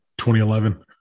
2011